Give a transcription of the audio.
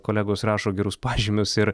kolegos rašo gerus pažymius ir